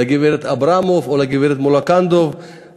לגברת אברמוב או לגברת מולקנדוב,